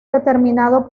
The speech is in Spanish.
determinado